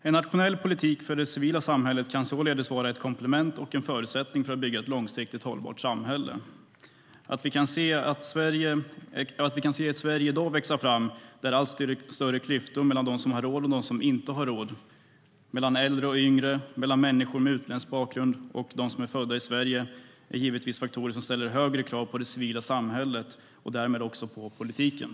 En nationell politik för det civila samhället kan således vara både ett komplement till och en förutsättning för byggandet av ett långsiktigt hållbart samhälle. Att vi i dag kan se ett Sverige växa fram med allt större klyftor mellan dem som har råd och dem som inte har råd, mellan äldre och yngre och mellan människor med utländsk bakgrund och människor som är födda i Sverige är givetvis faktorer som ställer allt högre krav på det civila samhället och därmed också på politiken.